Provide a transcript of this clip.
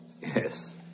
Yes